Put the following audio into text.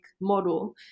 model